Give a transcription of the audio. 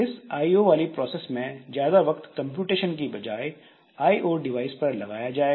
इस आईओ वाली प्रोसेस में ज्यादा वक्त कंप्यूटेशन की बजाय आईओ डिवाइस पर लगाया जाएगा